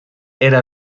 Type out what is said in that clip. era